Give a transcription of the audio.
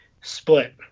split